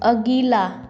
अगिला